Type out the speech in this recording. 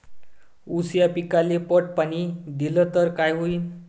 ऊस या पिकाले पट पाणी देल्ल तर काय होईन?